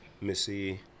Missy